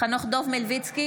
חנוך דב מלביצקי,